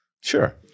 Sure